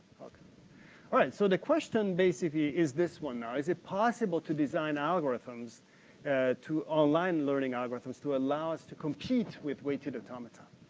okay. all right, so the question basically is this one now, is it possible to design algorithms to, online learning algorithms to allow us to compete with weighted automaton?